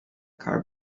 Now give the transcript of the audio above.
car